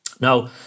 Now